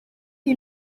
iyi